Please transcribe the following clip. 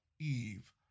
Eve